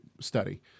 study